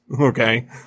Okay